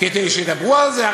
כדי שידברו על זה?